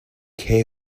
care